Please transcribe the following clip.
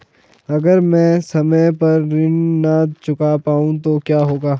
अगर म ैं समय पर ऋण न चुका पाउँ तो क्या होगा?